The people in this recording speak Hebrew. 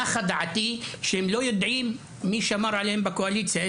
נחה דעתי מכך שהם לא יודעים איזה ערבי שמר עליהם בקואליציה.